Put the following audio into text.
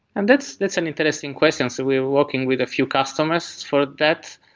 and that's that's an interesting question. so we are working with a few customers for that.